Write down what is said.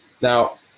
Now